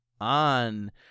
on